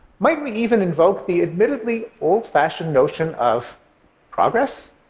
might we even invoke the admittedly old-fashioned notion of progress?